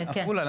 עפולה?